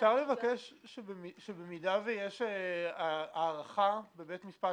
התבקשתי להבהיר למה הורדנו את המשפט